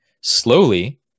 slowly